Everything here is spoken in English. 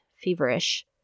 feverish